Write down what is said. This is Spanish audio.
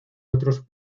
otros